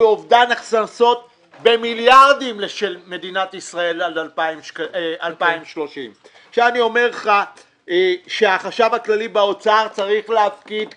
ואובדן הכנסות במיליארדים של מדינת ישראל עד 2030. אני אומר לך שהחשב הכללי באוצר צריך להפקיד כאן,